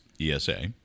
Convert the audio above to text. ESA